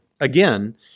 Again